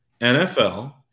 NFL